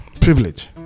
privilege